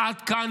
עד כאן,